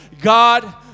God